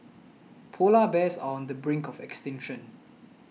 Polar Bears are on the brink of extinction